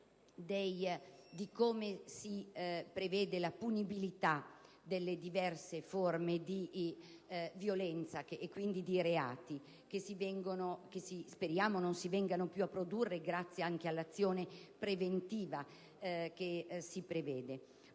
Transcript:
nel merito della punibilità delle diverse forme di violenza e quindi di reato, che speriamo non si vengano più a produrre grazie anche all'azione preventiva posta in essere.